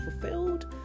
fulfilled